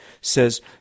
says